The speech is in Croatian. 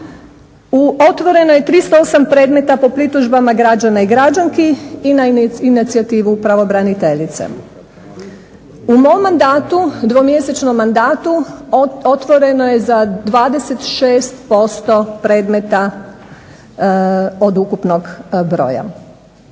Otvoreno je 308 predmeta po pritužbama građana i građanki i na inicijativu pravobraniteljice. U mom mandatu, dvomjesečnom mandatu, otvoreno je za 26% predmeta od ukupnog broja.